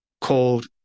called